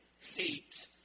hate